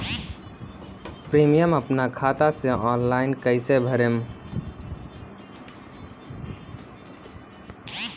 Premium अपना खाता से ऑनलाइन कईसे भरेम?